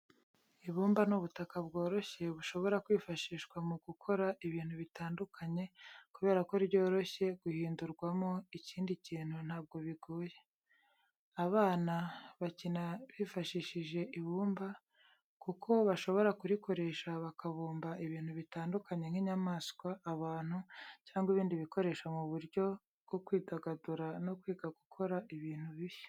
Ibumba ni ubutaka bworoshye bushobora kwifashishwa mu gukora ibintu bitandukanye, kubera ko ryoroshye guhindurwamo ikindi kintu ntabwo bigoye. Abana bakina bifashishije ibumba kuko bashobora kurikoresha bakabumba ibintu bitandukanye nk'inyamaswa, abantu, cyangwa ibindi bikoresho mu buryo bwo kwidagadura no kwiga gukora ibintu bishya.